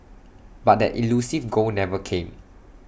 but that elusive goal never came